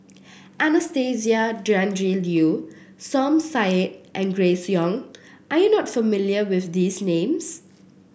Anastasia Tjendri Liew Som Said and Grace Young are you not familiar with these names